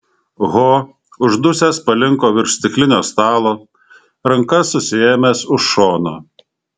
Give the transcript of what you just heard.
ho uždusęs palinko virš stiklinio stalo ranka susiėmęs už šono